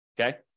okay